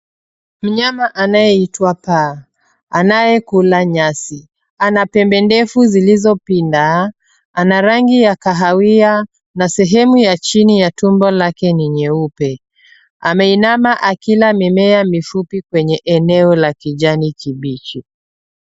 Mnyama anayeitwa paa, anayekula nyasi, ana pembe ndefu zilizopinda. Ana rangi ya kahawia na sehemu ya chini ya tumbo lake ni nyeupe. Ameinama akila mimea mifupi kwenye eneo la kijani kibichi.